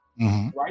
right